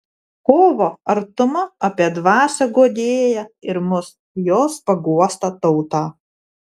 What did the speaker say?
kovo artuma apie dvasią guodėją ir mus jos paguostą tautą